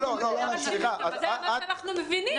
זה מה שאנחנו מבינים.